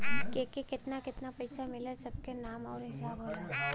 केके केतना केतना पइसा मिलल सब के नाम आउर हिसाब होला